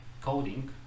coding